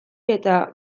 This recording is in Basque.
eta